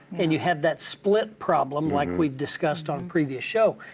and you have that split problem like we've discussed on previous show.